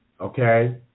Okay